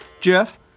Jeff